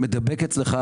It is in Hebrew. שמדבק אצלך,